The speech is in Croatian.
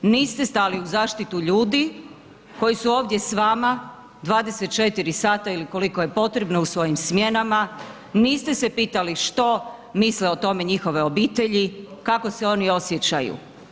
Niste stali u zaštitu ljudi koji su ovdje s vama 24 sata ili koliko je potrebno u svojim smjenama, niste se pitali što misle o tome njihove obitelji, kako se oni osjećaju.